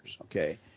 okay